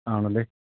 ആണല്ലേ